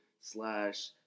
slash